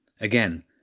Again